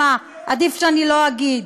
עדיף שאני לא אגיד.